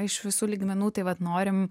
iš visų lygmenų tai vat norim